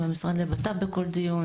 במשרד לבט"פ בכל דיון.